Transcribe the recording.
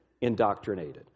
indoctrinated